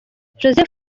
joseph